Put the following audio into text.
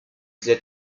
their